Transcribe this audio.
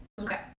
Okay